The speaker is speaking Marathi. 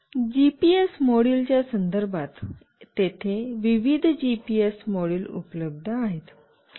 जीपीएस मॉड्यूल च्या संदर्भात तेथे विविध जीपीएस मॉड्यूल उपलब्ध आहेत